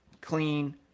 clean